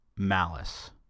Malice